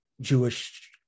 Jewish